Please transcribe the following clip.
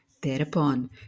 Thereupon